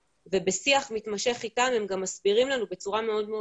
ובשיח מתמשך איתם הם גם מסבירים לנו בצורה מאוד מאוד